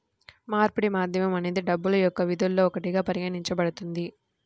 మార్పిడి మాధ్యమం అనేది డబ్బు యొక్క విధుల్లో ఒకటిగా పరిగణించబడుతుంది